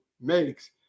makes